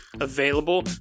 available